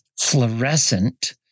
fluorescent